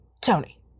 tony